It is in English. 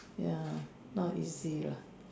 ya not easy lah